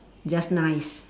just nice